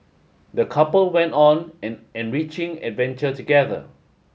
the couple went on an enriching adventure together